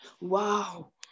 Wow